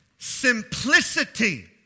simplicity